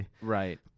Right